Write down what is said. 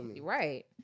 right